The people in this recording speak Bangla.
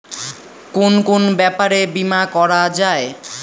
কুন কুন ব্যাপারে বীমা করা যায়?